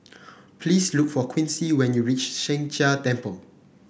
please look for Quincy when you reach Sheng Jia Temple